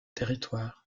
territoires